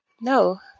No